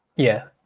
yeah.